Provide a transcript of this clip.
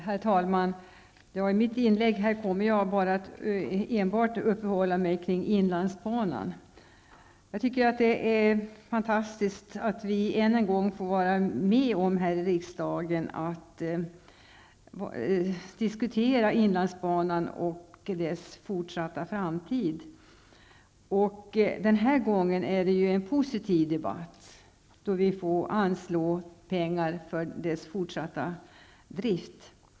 Herr talman! I mitt inlägg kommer jag enbart att uppehålla mig vid inlandsbanan. Jag tycker att det är fantastiskt att vi än en gång här i riksdagen får vara med om att diskutera inlandsbanan och dess fortsatta framtid. Och den här gången är det en positiv debatt, då vi får anslå pengar för dess fortsatta drift.